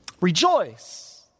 Rejoice